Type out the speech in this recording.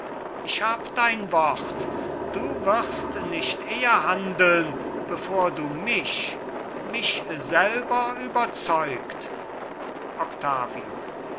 ich hab dein wort du wirst nicht eher handeln bevor du mich mich selber überzeugt